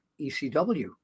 ECW